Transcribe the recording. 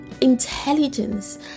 intelligence